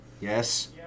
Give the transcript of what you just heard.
Yes